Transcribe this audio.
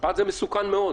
שפעת זה מסוכן מאוד,